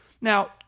Now